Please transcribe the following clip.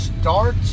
start